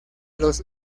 los